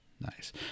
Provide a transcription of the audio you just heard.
Nice